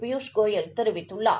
பியூஷ் கோயல் தெரிவித்துள்ளார்